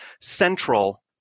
central